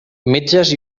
metges